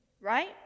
right